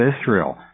Israel